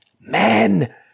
Men